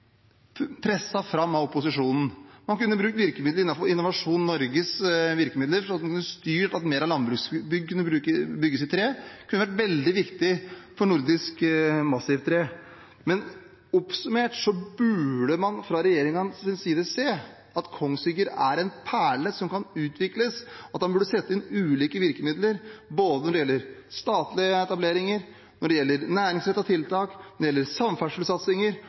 fram av opposisjonen. Man kunne brukt virkemidler innenfor Innovasjon Norge for å styre at flere landbruksbygg bygges i tre. Det kunne vært veldig viktig for Nordisk Massivtre. Oppsummert burde man fra regjeringens side se at Kongsvinger er en perle som kan utvikles, at en burde sette inn ulike virkemidler når det gjelder både statlige etableringer, når det gjelder næringsrettede tiltak, og når det gjelder samferdselssatsinger,